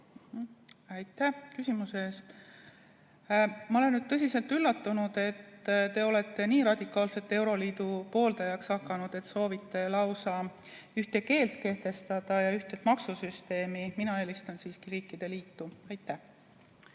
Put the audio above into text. Aitäh küsimuse eest! Ma olen tõsiselt üllatunud, et te olete nii radikaalselt euroliidu pooldajaks hakanud, et soovite lausa ühte keelt ja ühtset maksusüsteemi kehtestada. Mina eelistan siiski riikide liitu. Aitäh